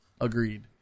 agreed